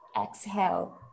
exhale